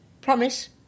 Promise